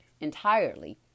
entirely